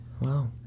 Wow